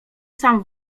sam